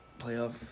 Playoff